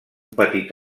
petit